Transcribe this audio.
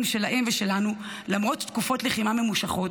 שלהם ושלנו למרות תקופות לחימה ממושכות,